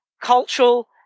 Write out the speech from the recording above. cultural